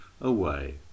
away